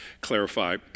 clarify